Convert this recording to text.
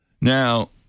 Now